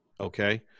Okay